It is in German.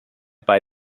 bei